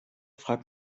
fragt